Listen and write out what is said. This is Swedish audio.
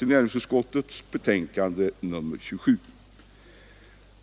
näringsutskottets betänkande nr 27 och den reservation som är fogad till det.